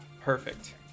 Perfect